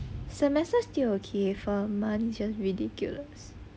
semester still okay for months it's just ridiculous